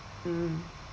mm